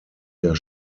der